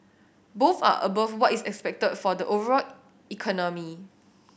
both are above what is expected for the overall economy